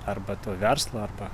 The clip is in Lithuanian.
arba to verslo arba